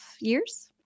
years